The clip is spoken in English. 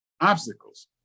obstacles